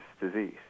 disease